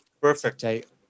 Perfect